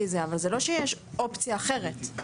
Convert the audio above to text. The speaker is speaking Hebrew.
אבל זה לא שיש אופציה אחרת?